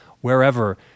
wherever